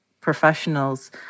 professionals